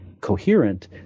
coherent